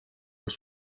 els